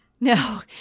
No